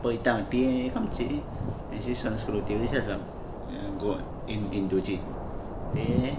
पयता ती एक आमची अशी संस्कृती कशी आसा गोवन हिंदुंची तें